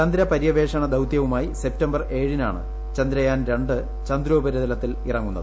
ചന്ദ്ര പര്യവേഷണ ദൌത്യവുമായി സെപ്തംബർ ഏഴിനാണ് ചന്ദ്രയാൻ രണ്ട് ചന്ദ്രോപരിതലത്തിൽ ഇറങ്ങുന്നത്